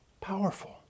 powerful